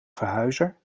verhuizer